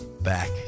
back